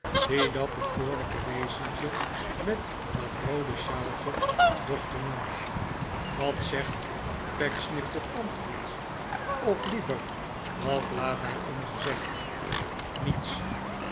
diis dat bekoorlijke wezen met dat roode shawltje dochter noemt wat zegt pecksniff tot antwoord of liever wat laat hij ongezegd niets